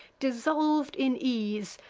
dissolv'd in ease,